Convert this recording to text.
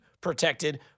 protected